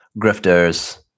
grifters